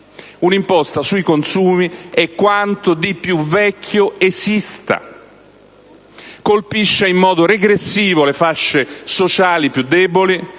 un'imposta sui consumi è quanto di più vecchio esista. Colpisce in modo regressivo le fasce sociali più deboli